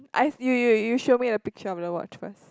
I you you you show me the picture of the watch first